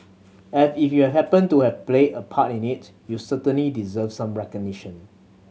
and if you happened to have played a part in it you certainly deserve some recognition